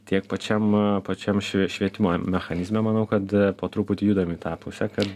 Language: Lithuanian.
tiek pačiam pačiam švietimo mechanizme manau kad po truputį judam į tą pusę kad